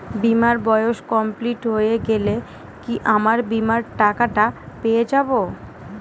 বীমার বয়স কমপ্লিট হয়ে গেলে কি আমার বীমার টাকা টা পেয়ে যাবো?